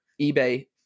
ebay